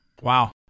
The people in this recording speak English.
Wow